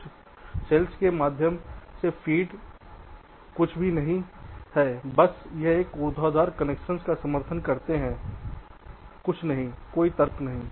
कोशिकाओं के माध्यम से फ़ीड कुछ भी नहीं है बस वे एक ऊर्ध्वाधर कनेक्शन का समर्थन करते हैं और कुछ नहीं कोई तर्क नहीं